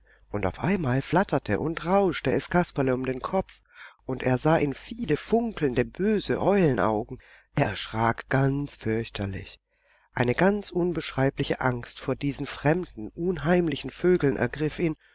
und auf einmal flatterte und rauschte es kasperle um den kopf und er sah in viele funkelnde böse eulenaugen er erschrak ganz fürchterlich eine ganz unbeschreibliche angst vor diesen fremden unheimlichen vögeln ergriff ihn